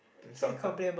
some type